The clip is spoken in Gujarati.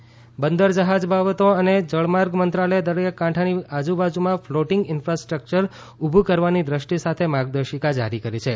શિપિંગ માર્ગદર્શિકાઓ બંદર જહાજ બાબતો અને જળમાર્ગ મંત્રાલયે દરિયાકાંઠાની આજુબાજુમાં ફ્લોટિંગ ઇન્ફાસ્ટ્રક્ચર ઊભું કરવાની દ્રષ્ટિ સાથે માર્ગદર્શિકા જારી કરી છે